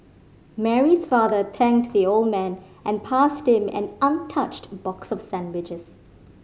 Mary's father thanked the old man and passed him an untouched box of sandwiches